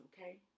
Okay